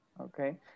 Okay